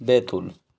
Betul